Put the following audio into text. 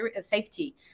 safety